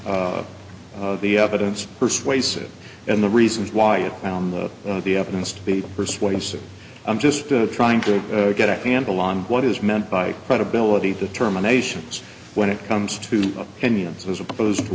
found the evidence persuasive and the reasons why it went to the evidence to be persuasive i'm just trying to get a handle on what is meant by credibility determinations when it comes to opinions as opposed to